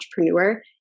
entrepreneur